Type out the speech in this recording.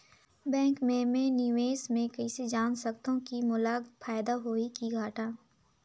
Bank मे मैं निवेश मे कइसे जान सकथव कि मोला फायदा होही कि घाटा?